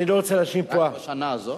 אני לא רוצה להאשים פה, רק בשנה הזאת?